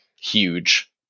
huge